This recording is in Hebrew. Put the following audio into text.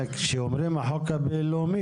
כשאומרים "החוק הבין-לאומי",